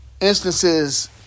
instances